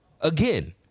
Again